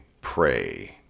Pray